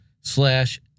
slash